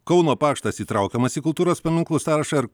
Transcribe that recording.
kauno paštas įtraukiamas į kultūros paminklų sąrašą